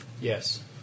Yes